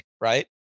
right